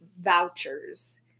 vouchers